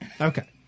Okay